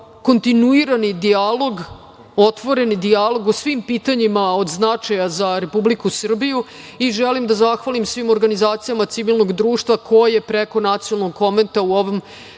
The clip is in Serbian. kontinuirani dijalog, otvoreni dijalog o svim pitanjima od značaja za Republiku Srbiju i želim da zahvalim svim organizacijama civilnog društva ko je preko Nacionalnog konventa u ovom